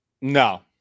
No